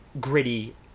gritty